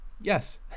Yes